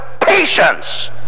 patience